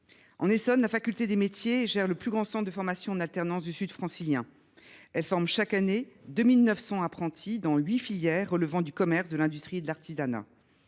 En Essonne, la faculté des métiers gère le plus grand centre de formation en alternance du sud francilien. Elle forme chaque année 2 900 apprentis dans huit filières relevant du commerce, de l’industrie et de l’artisanat.